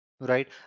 right